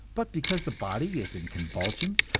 but because the body is in convulsions,